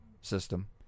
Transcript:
system